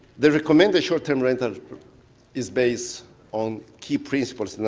the recommended short term rental is based on key principals.